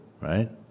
right